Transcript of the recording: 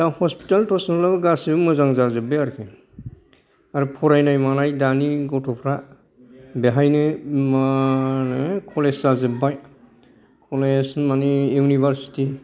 hospital टस्पिटेलाबो गासिबो मोजां जाजोब्बाय आरोखि आरो फरायनाय मानाय दानि गथ'फ्रा बेहायनो मा होनो कलेज जाजोब्बाय कलेज मानि इउनिभारसिटी